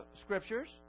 scriptures